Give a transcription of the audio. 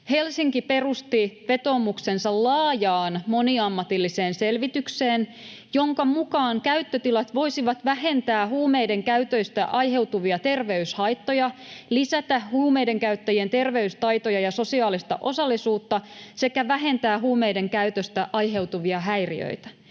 Helsinki perusti vetoomuksensa laajaan moniammatilliseen selvitykseen, jonka mukaan käyttötilat voisivat vähentää huumeiden käytöstä aiheutuvia terveyshaittoja, lisätä huumeiden käyttäjien terveystaitoja ja sosiaalista osallisuutta sekä vähentää huumeiden käytöstä aiheutuvia häiriöitä.